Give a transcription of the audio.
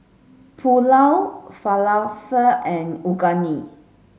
Pulao Falafel and Unagi